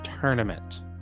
tournament